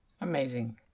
Amazing